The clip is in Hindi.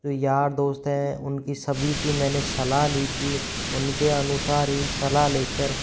जो यार दोस्त हैं उनकी सभी की मैंने सलाह ली थी उनके अनुसार ही सलाह ले कर